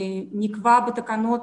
נקבע בתקנות